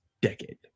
decade